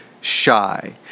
shy